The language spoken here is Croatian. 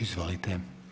Izvolite.